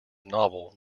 novel